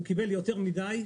הוא קיבל יותר מדי,